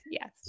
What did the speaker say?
Yes